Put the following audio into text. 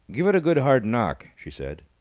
give it a good hard knock, she said.